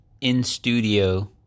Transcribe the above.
in-studio